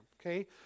okay